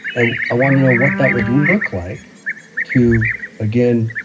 and i want to know what that would look like to again,